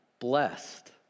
blessed